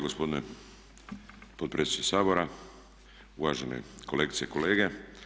gospodine potpredsjedniče Sabora, uvažene kolegice i kolege.